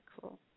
cool